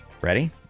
Ready